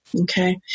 okay